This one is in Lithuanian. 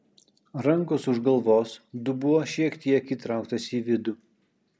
rankos už galvos dubuo šiek tiek įtrauktas į vidų